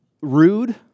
rude